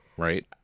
right